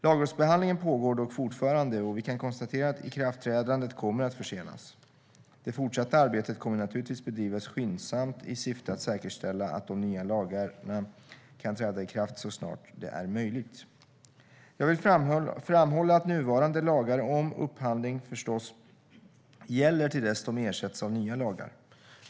Lagrådsbehandlingen pågår dock fortfarande, och vi kan konstatera att ikraftträdandet kommer att försenas. Det fortsatta arbetet kommer naturligtvis att bedrivas skyndsamt i syfte att säkerställa att de nya lagarna kan träda i kraft så snart det är möjligt. Jag vill framhålla att nuvarande lagar om upphandling förstås gäller till dess de ersätts av nya lagar.